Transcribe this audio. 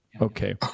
Okay